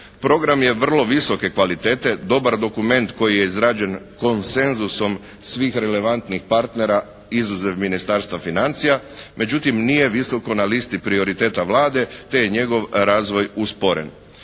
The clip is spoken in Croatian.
Program je vrlo visoke kvalitete, dobar dokument koji je izrađen konsenzusom svih relevantnih partnera izuzev Ministarstva financija međutim nije visoko na listi prioriteta Vlade te je njegov razvoj usporen.